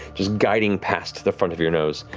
just guiding past the front of your nose.